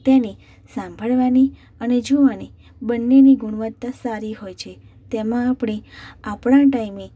તેને સાંભળવાની અને જોવાની બંનેની ગુણવત્તા સારી હોય છે તેમાં આપણે આપણા ટાઈમે